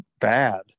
bad